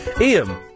Ian